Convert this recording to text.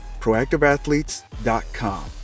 proactiveathletes.com